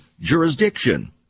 jurisdiction